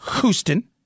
Houston